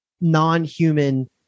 non-human